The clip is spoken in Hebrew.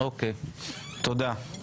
תודה.